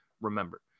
remember